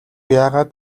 яагаад